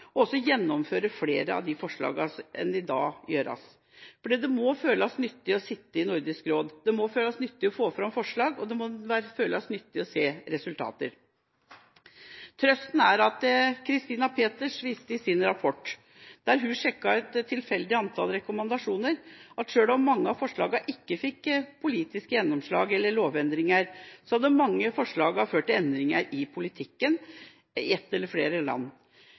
og også gjennomføre flere av de forslagene enn det som gjøres i dag – for det må føles nyttig å sitte i Nordisk råd, få fram forslag og se resultater. Trøsten er at Catharina Peters i sin rapport der hun sjekket et tilfeldig antall rekommandasjoner, viste at selv om mange av forslagene ikke fikk politisk gjennomslag eller førte til lovendringer, hadde mange av dem ført til endringer i politikken i ett eller flere land – eller de hadde ført til endringer i synet på et eller annet område i et eller annet land,